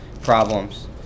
problems